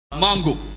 mango